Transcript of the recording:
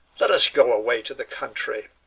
let us go away to the country.